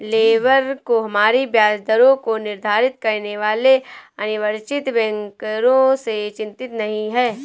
labour को हमारी ब्याज दरों को निर्धारित करने वाले अनिर्वाचित बैंकरों से चिंतित नहीं है